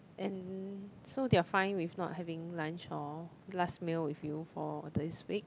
and so they're fine with not having lunch or last meal with you for this week